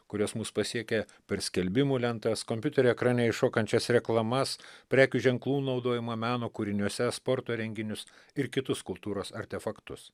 kurios mus pasiekia per skelbimų lentas kompiuterio ekrane iššokančias reklamas prekių ženklų naudojimą meno kūriniuose sporto renginius ir kitus kultūros artefaktus